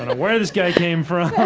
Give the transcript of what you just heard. where this guy came from.